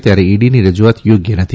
ત્યારે ઇડીની રજૂઆત યોગ્ય નથી